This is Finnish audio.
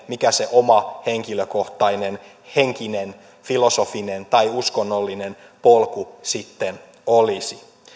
mikä se oma henkilökohtainen henkinen filosofinen tai uskonnollinen polku sitten olisi